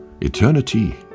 Eternity